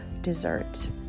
dessert